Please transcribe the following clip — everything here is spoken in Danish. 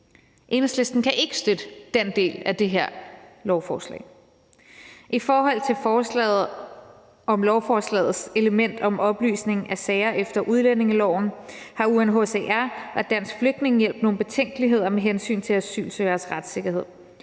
Enhedslisten kan ikke støtte den del af det her lovforslag. I forhold til lovforslagets element om oplysning af sager efter udlændingeloven har UNHCR og Dansk Flygtningehjælp nogle betænkeligheder med hensyn til asylsøgeres retssikkerhed.